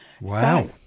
Wow